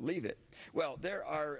leave it well there are